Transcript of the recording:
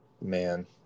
man